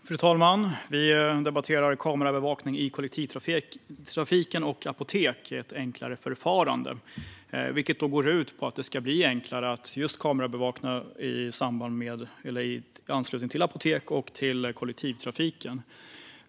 Fru talman! Vi debatterar betänkandet Kamerabevakning i kollektivtrafik och apotek - ett enklare förfarande , vilket går ut på att det ska bli enklare att kamerabevaka i anslutning till apotek och kollektivtrafik.